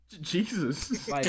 Jesus